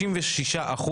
66%,